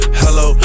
hello